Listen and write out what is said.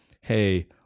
hey